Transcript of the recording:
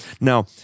Now